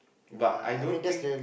but I don't think